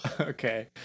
Okay